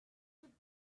you